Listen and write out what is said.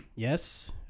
Yes